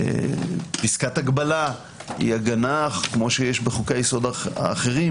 ופיסקת הגבלה היא הגנה כפי שיש בחוקי יסוד אחרים